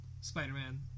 Spider-Man